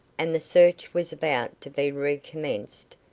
and the search was about to be recommenced,